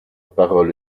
parole